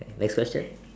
next question